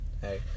hey